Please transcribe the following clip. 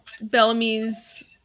Bellamy's